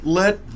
let